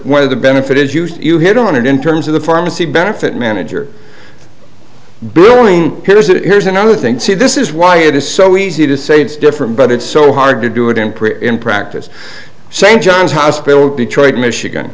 where the benefit is used you hit on it in terms of the pharmacy benefit manager billing here's it here's another thing see this is why it is so easy to say it's different but it's so hard to do it in prayer in practice st john's hospital detroit michigan